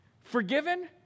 forgiven